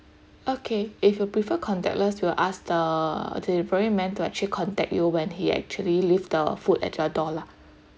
okay if you prefer contactless we'll ask the delivery man to actually contact you when he actually leave the food at your door lah